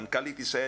מנכ"לית ישראל